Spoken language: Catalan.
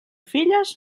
filles